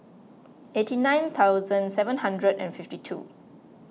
eighty nine thousand seven hundred and fifty two